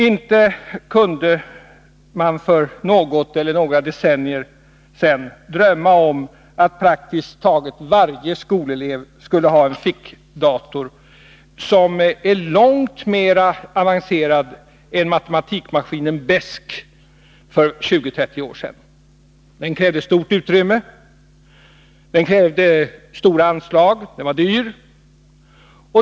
Inte kunde man för något eller några decennier sedan drömma om att praktiskt taget varje skolelev skulle ha en fickdator, som är långt mer avancerad än datamaskinen BESK för 20-30 år sedan. Den krävde stort utrymme. Den krävde stora anslag — den var dyr.